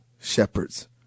shepherds